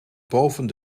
boven